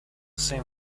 same